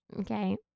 Okay